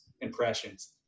impressions